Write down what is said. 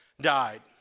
died